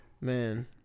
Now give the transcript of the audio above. Man